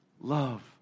Love